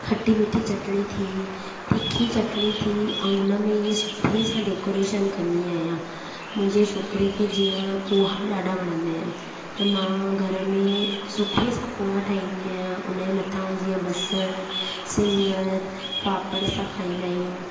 खटी मीठी चटिणी थी तिखी चटिणी थी ऐं हुन में ईअं सुठे सां डेकोरेशन कंदी आहियां मुंहिंजे छोकिरे खे जीअं पोहा ॾाढा वणंदा आहिनि त मां घर में सुठे सां पोहा ठाहींदी आहियां उन जे मथां जीअं बसरु सिङरु पापड़ सां खाईंदा आहियूं